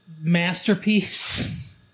masterpiece